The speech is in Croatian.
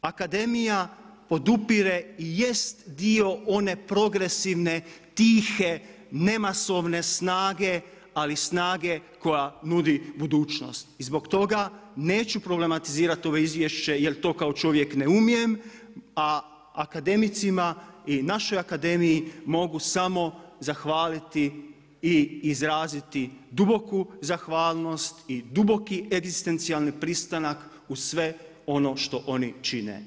Akademija, podupire i jest dio one progresivne, tihe, ne masovne snage, ali snage koja nudi budućnost i zbog toga neću problematizirati ove izvješće jer to kao čovjek ne umijem, a akademicima i našoj akademiji mogu samo zahvaliti i izraziti duboku zahvalnost i duboki egzistencijalni pristanak uz sve ono što oni čine.